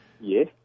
Yes